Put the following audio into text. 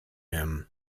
him